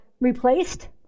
replaced